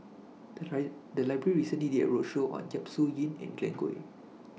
The Library recently did A roadshow on Yap Su Yin and Glen Goei